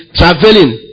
traveling